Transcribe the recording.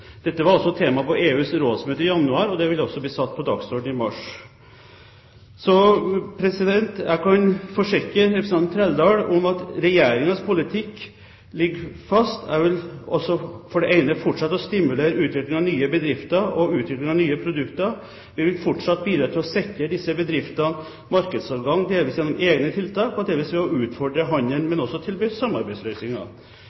Dette var tema på EUs rådsmøte i januar, og det vil også bli satt på dagsordenen i mars. Jeg kan forsikre representanten Trældal om at Regjeringens politikk ligger fast. Jeg vil altså for det ene fortsette å stimulere utviklingen av nye bedrifter og utviklingen av nye produkter. Vi vil fortsatt bidra til å sikre disse bedriftene markedsadgang, delvis gjennom egne tiltak og delvis ved å utfordre handelen,